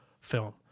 film